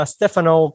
Stefano